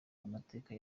amateka